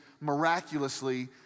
miraculously